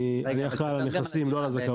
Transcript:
אני אחראי על הנכסים, לא על זכאויות.